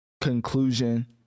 conclusion